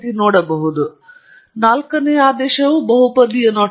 ನನಗೆ ಸರಿಹೊಂದಿದೆ ಏಕೆಂದರೆ ಅದು ಏನಾಗುತ್ತದೆ ಎಂಬುದನ್ನು ನಾಲ್ಕನೆಯ ಆದೇಶ ಬಹುಪದೀಯ ನೋಟವಾಗಿದೆ